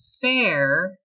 fair